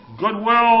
Goodwill